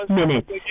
minutes